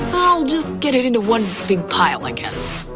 i'll just get it into one big pile, i guess.